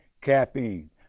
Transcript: caffeine